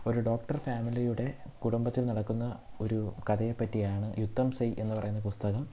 ഒരു ഡോക്ടർ ഫാമിലിയുടെ കുടുംബത്തിൽ നടക്കുന്ന ഒരു കഥയെ പറ്റിയാണ് യുദ്ധം സെയ് എന്ന് പറയുന്ന പുസ്തകം